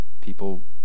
People